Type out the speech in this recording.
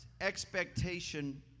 expectation